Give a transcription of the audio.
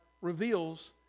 reveals